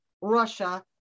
Russia